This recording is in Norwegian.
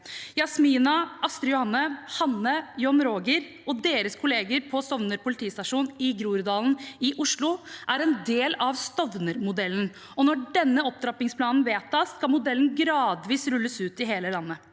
Jasmina, Astri Johanne, Hanne, John Roger og deres kolleger på Stovner politistasjon i Groruddalen i Oslo er en del av Stovner-modellen. Når denne opptrappingsplanen vedtas, skal modellen gradvis rulles ut i hele landet.